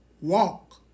walk